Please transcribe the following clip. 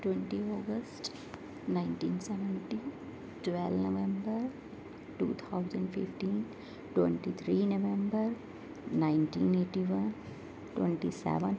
twenty August nineteen seventy twelve November two thousand fifteen twenty three November nineteen eighty one twenty seven